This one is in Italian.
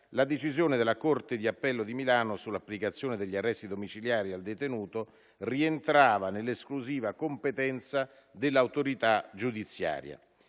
la decisione della corte di appello di Milano sull'applicazione degli arresti domiciliari al detenuto rientrava nell'esclusiva competenza dell'autorità giudiziaria.